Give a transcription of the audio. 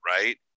right